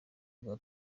rwa